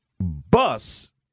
bus